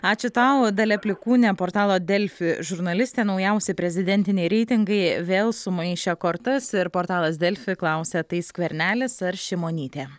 ačiū tau dalia plikūnė portalo delfi žurnalistė naujausi prezidentiniai reitingai vėl sumaišė kortas ir portalas delfi klausia tai skvernelis ar šimonytė